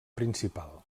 principal